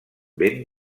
ben